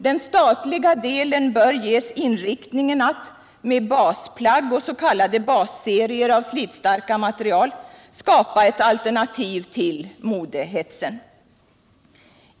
Den statliga delen bör ges inriktningen att med basplagg och s.k. basserier av slitstarka material skapa ett alternativ till modehetsen.